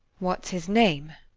what's his name?